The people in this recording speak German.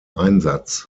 einsatz